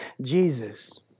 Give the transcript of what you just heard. Jesus